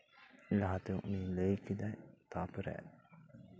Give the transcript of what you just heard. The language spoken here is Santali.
ᱞᱟᱦᱟᱛᱮ ᱩᱱᱤ ᱞᱟᱹᱭ ᱠᱮᱫᱟᱭ ᱛᱟᱨᱯᱚᱨᱮ